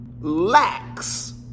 lacks